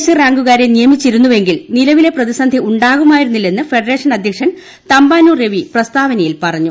AC റാങ്കുകാരെ നിയമിച്ചിരുന്നുവെങ്കിൽ നിലവിലെ പ്രതിസന്ധി ഉണ്ടാകുമായിരുന്നില്ലെന്ന് ഫ്യെഡ്റേഷൻ അധ്യക്ഷൻ തമ്പാനൂർ രവി പ്രസ്താവനയിൽ പറഞ്ഞു